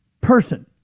person